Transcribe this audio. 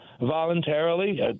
voluntarily